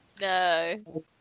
No